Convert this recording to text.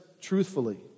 truthfully